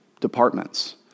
departments